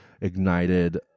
ignited